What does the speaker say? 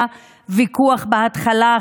היה ויכוח בהתחלה.